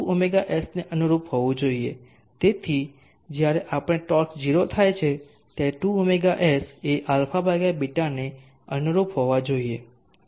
તેથી તેથી જ જ્યારે આપણે ટોર્કસ 0 થાય છે ત્યારે 2ɷs એ αβ ને અનુરૂપ હોવા જોઈએ